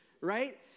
right